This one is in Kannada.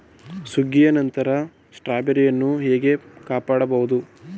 ಸುಗ್ಗಿಯ ನಂತರ ಸ್ಟ್ರಾಬೆರಿಗಳನ್ನು ಹೇಗೆ ಕಾಪಾಡ ಬಹುದು?